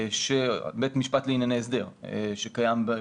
של בית משפט לענייני הסדר שקיים בחוק.